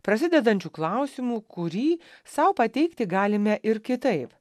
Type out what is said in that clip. prasidedančių klausimu kurį sau pateikti galime ir kitaip